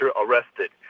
arrested